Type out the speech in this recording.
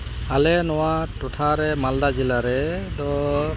ᱟᱞᱮ ᱱᱚᱣᱟ ᱴᱚᱴᱷᱟ ᱨᱮ ᱢᱟᱞᱫᱟ ᱡᱮᱞᱟ ᱨᱮᱫᱚ